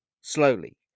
Slowly